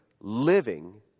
living